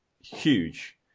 huge